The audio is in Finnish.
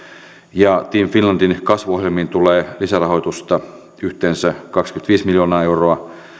ja team finlandin kasvuohjelmiin tulee lisärahoitusta yhteensä kaksikymmentäviisi miljoonaa euroa